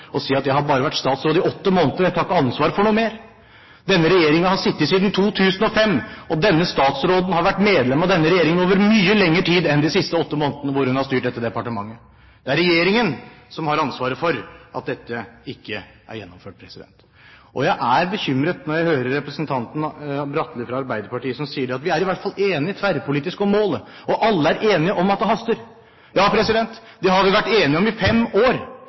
og si at jeg har bare vært statsråd i åtte måneder, jeg tar ikke ansvar for noe mer. Denne regjeringen har sittet siden 2005, og denne statsråden har vært medlem av denne regjeringen i mye lengre tid enn de siste åtte månedene, hvor hun har styrt dette departementet. Det er regjeringen som har ansvaret for at dette ikke er gjennomført. Jeg blir bekymret når jeg hører representanten Bratli fra Arbeiderpartiet som sier at det er i hvert fall tverrpolitisk enighet om målet, og alle er enige om at det haster. Ja, det har vi vært enige om i fem år!